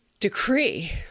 decree